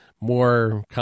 more